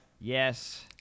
Yes